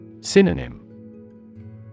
Synonym